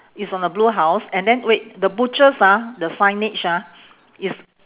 it's on a blue house and then wait the butchers ah the signage ah it's